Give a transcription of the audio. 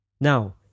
Now